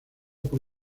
por